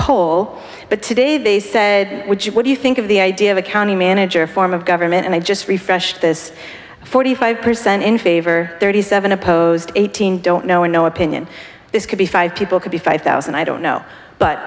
poll but today they said would you what do you think of the idea of a county manager form of government and i just refreshed this forty five percent in favor thirty seven opposed eighteen don't know no opinion this could be five people could be five thousand i don't know but